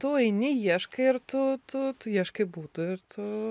tu eini ieškai ir tu tu tu ieškai būtų ir tu